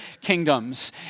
kingdoms